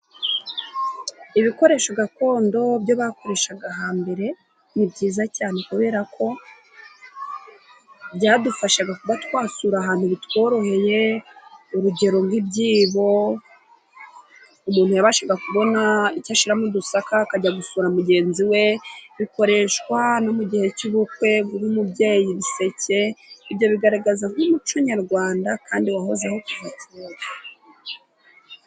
ibikoresho gakondo bakoreshaga hambere ni byiza cyane kubera ko byadufasha twasura ahantu bitworoheye urugero nk'ibyibo umuntu yabashaga kubona icyo ashyiraramo udusaka akajya gusura mugenzi we bikoreshwa no mu gihe cy'ubukwe bw'umubyeyi biseke ibyo bigaragaza nk'umuco nyarwanda kandi wahozeho kuva kera